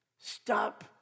Stop